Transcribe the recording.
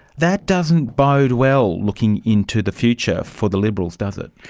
that doesn't bode well looking into the future for the liberals, does it?